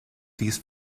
these